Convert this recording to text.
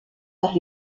par